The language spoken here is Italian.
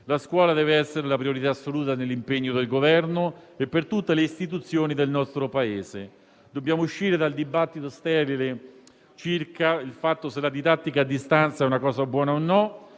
La scuola deve essere la priorità assoluta nell'impegno del Governo e per tutte le istituzioni del nostro Paese. Dobbiamo uscire dal dibattito sterile circa il fatto se la didattica a distanza sia quello una cosa buona e